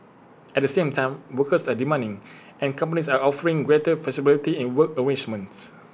at the same time workers are demanding and companies are offering greater flexibility in work arrangements